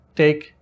take